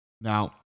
Now